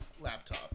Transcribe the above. Laptop